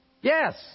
Yes